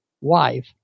wife